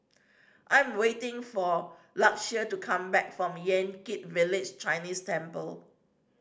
I am waiting for Lakeshia to come back from Yan Kit Village Chinese Temple